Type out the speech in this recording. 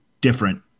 different